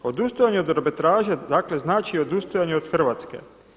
Odustajanje od arbitraže, dakle, znači odustajanje od Hrvatske.